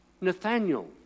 Nathaniel